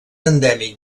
endèmic